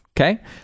okay